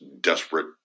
desperate